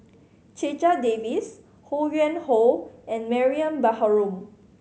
Checha Davies Ho Yuen Hoe and Mariam Baharom